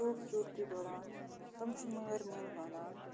خوٗبصوٗرتی بَڑان تِم چھِ مٲرۍ مٔنٛدۍ بَنان